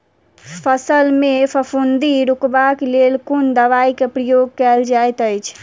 फसल मे फफूंदी रुकबाक लेल कुन दवाई केँ प्रयोग कैल जाइत अछि?